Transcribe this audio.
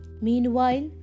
Meanwhile